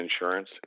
insurance